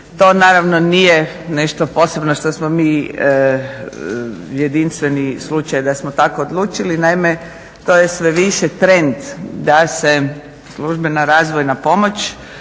To naravno nije nešto posebno što smo mi, jedinstveni slučaj da smo tako odlučili. Naime to je sve više trend da se službena razvojna pomoć